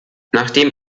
nachdem